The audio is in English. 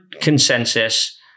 consensus